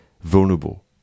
vulnerable